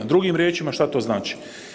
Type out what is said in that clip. Drugim riječima šta to znači?